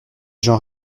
gens